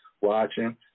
watching